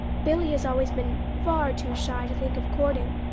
billy has always been far too shy to think of courting.